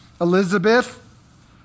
Elizabeth